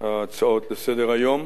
מציעי ההצעות לסדר-היום,